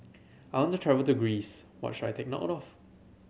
I want to travel to Greece what should I take note of